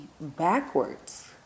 backwards